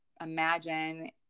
imagine